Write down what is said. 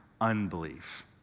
unbelief